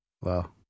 Wow